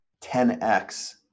10X